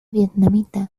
vietnamita